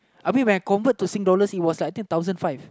I mean when I convert to Sing dollars it was like I think a thousand five